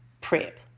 prep